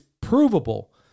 provable